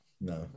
No